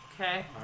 Okay